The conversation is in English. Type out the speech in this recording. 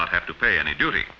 not have to pay any duty